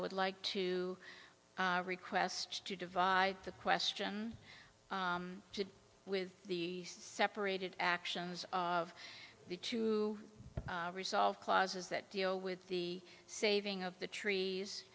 would like to request to divide the question with the separated actions of the to resolve clauses that deal with the saving of the trees